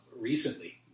recently